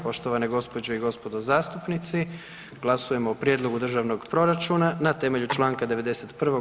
Poštovane gospođe i gospodo zastupnici, glasujemo o Prijedlogu državnog proračuna na temelju čl. 91.